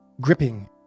gripping